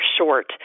short